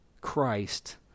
christ